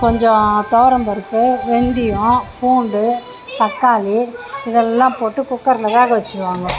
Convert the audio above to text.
கொஞ்சம் துவரம் பருப்பு வெந்தையம் பூண்டு தக்காளி இதெல்லாம் போட்டு குக்கரில் வேக வச்சிவிடுவாங்கோ